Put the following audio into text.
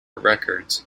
records